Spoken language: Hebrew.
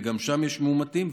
וגם שם יש מאומתים,